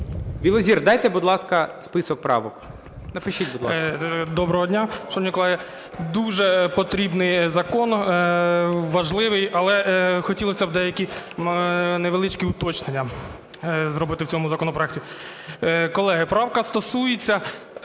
Білозір, дайте, будь ласка, список правок. Напишіть, будь ласка. 14:32:24 МУРДІЙ І.Ю. Доброго дня, шановні колеги! Дуже потрібний закон, важливий. Але хотілося б деякі невеличкі уточнення зробити в цьому законопроекті. Колеги, правка стосується